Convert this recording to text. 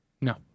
No